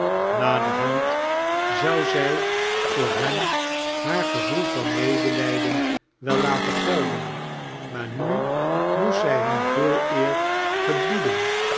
naderhand zou zy voor hem haar gevoel van medelyden wel laten gelden maar nu moest zy hem veeleer gebieden